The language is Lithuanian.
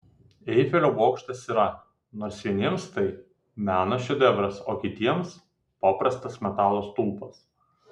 eifelio bokštas yra nors vieniems tai meno šedevras o kitiems paprastas metalo stulpas